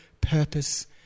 purpose